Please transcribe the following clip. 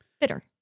Bitter